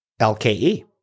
lke